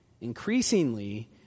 Increasingly